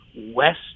West